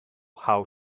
how